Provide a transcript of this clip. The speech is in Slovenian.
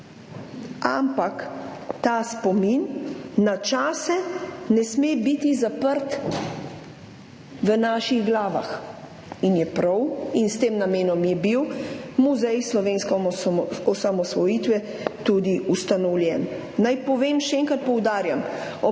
Ampak ta spomin na čase ne sme biti zaprt v naših glavah in je prav in s tem namenom je bil Muzej slovenske osamosvojitve tudi ustanovljen. Naj povem, še enkrat poudarjam,